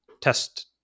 test